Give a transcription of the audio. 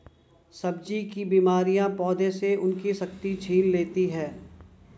सब्जी की बीमारियां पौधों से उनकी शक्ति छीन लेती हैं